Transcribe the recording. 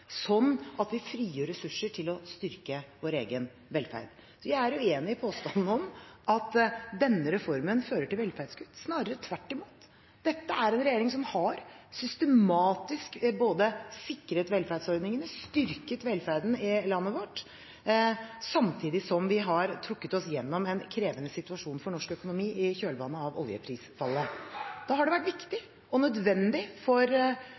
at vi frigjør ressurser til å styrke vår egen velferd. Jeg er uenig i påstanden om at denne reformen fører til velferdskutt – det er snarere tvert imot. Dette er en regjering som systematisk har sikret velferdsordningene, styrket velferden i landet vårt, samtidig som vi har kommet oss gjennom en krevende situasjon for norsk økonomi i kjølvannet av oljeprisfallet. Da har det vært viktig og nødvendig for